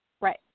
Right